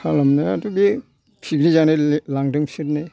खालामनायाथ' बे पिकनिक जानो लें लांदों बिसोरनो